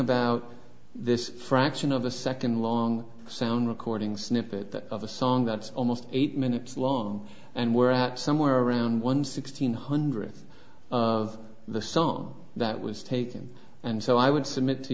about this fraction of a second long sound recording snippet of a song that's almost eight minutes long and we're at somewhere around one sixteen hundred of the song that was taken and so i would submit to